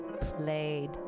played